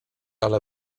ale